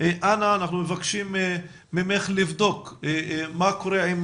אנחנו מבקשים ממך לבדוק מה קורה עם